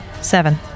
seven